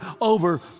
over